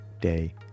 day